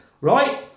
right